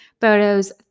photos